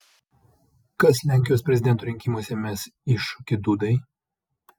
kas lenkijos prezidento rinkimuose mes iššūkį dudai